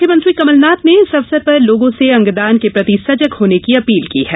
मुख्यमंत्री कमलनाथ ने इस अवसर पर लोगों से अंगदान के प्रति सजग होने की अपील की है